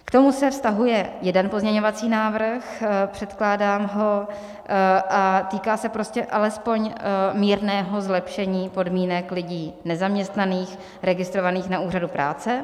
K tomu se vztahuje jeden pozměňovací návrh, předkládám ho týká se alespoň mírného zlepšení podmínek nezaměstnaných lidí, registrovaných na úřadu práce.